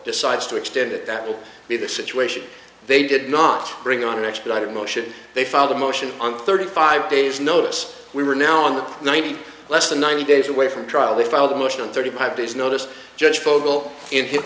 decides to extend it that will be the situation they did not bring on an expedited motion they filed a motion on thirty five days notice we were now on ninety less than ninety days away from trial they filed a motion thirty five days notice judge fogel in hi